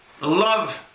love